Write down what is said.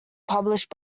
published